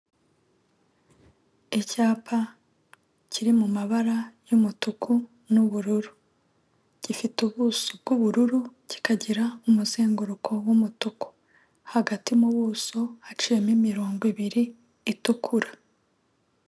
Icyapa kiri mu mabara y'umutuku n'ubururu, gifite ubuso bw'ubururu, kikagira umuzenguruko w'umutuku, hagati mu buso haciyemo imirongo ibiri itukura.